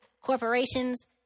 corporations